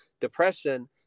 depression